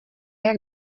jak